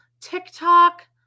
TikTok